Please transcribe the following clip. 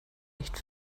nicht